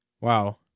wow